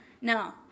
no